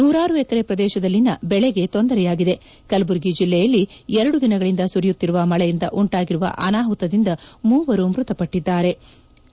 ನೂರಾರು ಎಕರೆ ಪ್ರದೇಶದಲ್ಲಿನ ಬೆಳೆಗೆ ತೊಂದರೆಯಾಗಿದೆ ಕಲಬುರಗಿ ಜಿಲ್ಲೆಯಲ್ಲಿ ಎರಡು ದಿನಗಳಿಂದ ಸುರಿಯುತ್ತಿರುವ ಮಳೆಯಿಂದ ಉಂಟಾಗಿರುವ ಅನಾಪುತದಿಂದ ಮೂವರು ಮ್ವತಪಟ್ಲದ್ಲಾರೆ